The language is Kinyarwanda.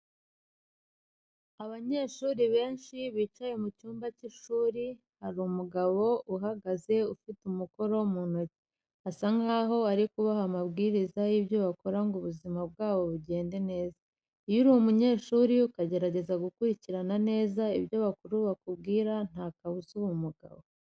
Abanyeshuri benshi bicaye mu cyumba cy'ishuri, hari umugabo uhagaze ufite mikoro mu ntoki, asa naho ari kubaha amabwiriza y'ibyo bakora ngo ubuzima bwabo bugende neza, iyo uri umunyeshuri ukagerageza gukurikirana neza ibyo abakuru bakubwira nta kabuza uba umugabo.